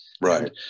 Right